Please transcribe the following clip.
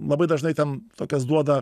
labai dažnai ten tokios duoda